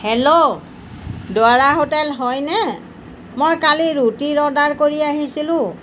hello দুৱাৰা hotel হয়নে মই কালি ৰুটিৰ অৰ্ডাৰ কৰি আহিছিলোঁ